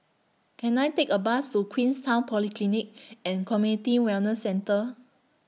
Can I Take A Bus to Queenstown Polyclinic and Community Wellness Centre